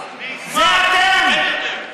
זה אתם.